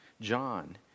John